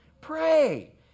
Pray